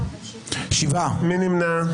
מי נמנע?